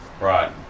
Right